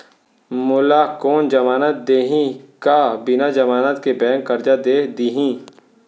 मोला कोन जमानत देहि का बिना जमानत के बैंक करजा दे दिही?